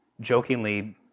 jokingly